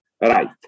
right